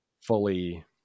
fully